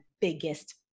biggest